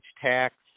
tax